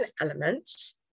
elements